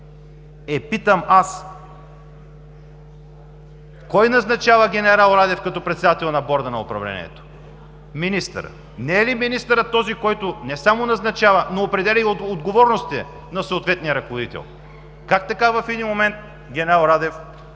Е, питам аз: кой назначава генерал Радев като председател на Борда, на управлението? Министърът. Не е ли министърът този, който не само назначава, но определя и отговорностите на съответния ръководител? Как така в един момент генерал Радев бива